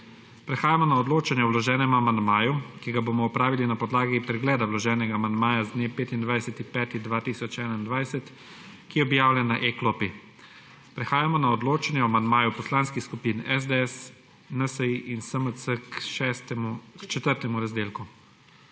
Prehajamo na odločanje o vloženem amandmaju, ki ga bomo opravili na podlagi pregleda vloženega amandmaja z dne 25. 5. 2021, ki je objavljen na e-klopi. Prehajamo na odločanje o amandmaju poslanskih skupin SDS, NSi in SMC k 4. razdelku.